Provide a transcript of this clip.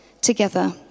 together